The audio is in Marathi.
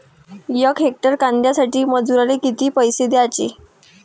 यक हेक्टर कांद्यासाठी मजूराले किती पैसे द्याचे?